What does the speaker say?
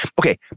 Okay